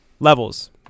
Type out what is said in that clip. Levels